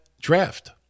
draft